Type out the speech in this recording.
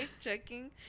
checking